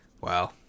Wow